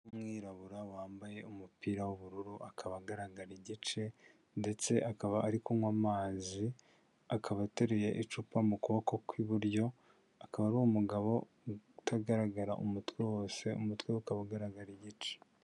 Umwirabura wambaye umupira w'ubururu akaba, agaragara igice ndetse akaba ari kunywa amazi, akaba ateruye icupa mu kuboko kw'iburyo akaba ari umugabo utagaragara umutwe wose umutwe ukaba ugaragara igice.